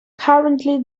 currently